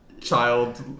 child